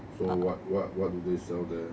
so what what what do they sell there